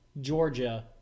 Georgia